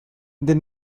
they